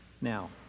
now